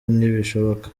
ntibishoboka